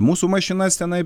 mūsų mašinas tenai